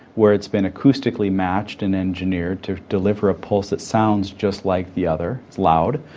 where it's been acoustically matched and engineered to deliver a pulse that sounds just like the other, it's loud,